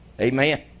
Amen